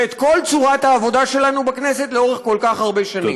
ואת כל צורת העבודה שלנו בכנסת לאורך כל כך הרבה שנים?